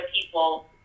people